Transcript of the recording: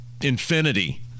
infinity